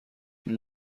این